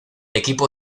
equipo